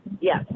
Yes